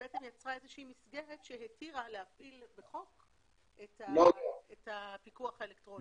שיצרה מסגרת שהתירה להפעיל את הפיקוח האלקטרוני.